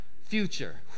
future